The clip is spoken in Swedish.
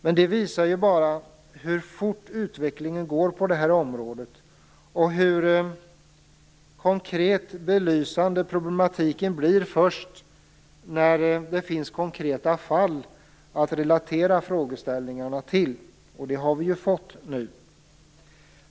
Men det visar ju bara hur fort utvecklingen går på detta området och hur belysande problematiken blir först när det finns konkreta fall att relatera frågeställningarna till. Och det har vi ju fått nu.